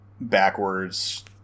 backwards